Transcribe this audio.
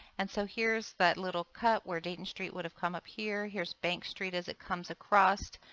and so here is that little cut where dayton street would have come up here. here is bank street as it comes across.